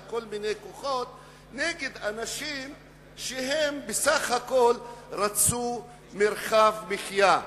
כל מיני כוחות נגד אנשים שבסך הכול רצו מרחב מחיה,